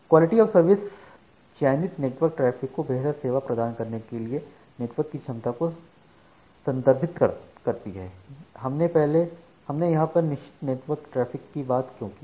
quality of सर्विसचयनित network traffic को बेहतर सेवा प्रदान करने के लिए नेटवर्क की क्षमता को संदर्भित करती है हमने यहां पर निश्चित नेटवर्क ट्रेफिक की क्यों बात की